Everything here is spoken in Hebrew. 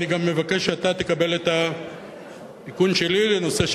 אני גם מבקש שאתה תקבל את התיקון שלי לנושא,